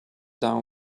down